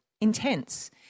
intense